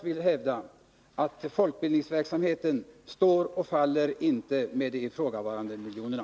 kraft hävda att folkbildningsverksamheten inte står och faller med de ifrågavarande miljonerna.